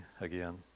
again